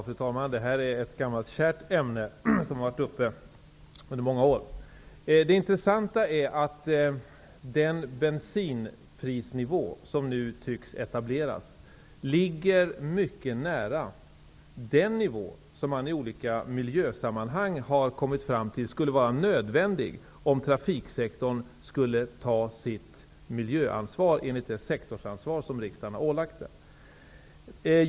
Fru talman! Detta är ett gammalt kärt ämne som har tagits upp under många år. Det intressanta är att den bensinprisnivå som nu tycks etableras ligger mycket nära den nivå som man i olika miljösammanhang har kommit fram till är nödvändig om trafiksektorn skall ta sitt miljöansvar enligt det sektorsansvar som riksdagen har ålagt den.